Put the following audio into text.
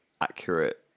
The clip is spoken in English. accurate